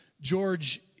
George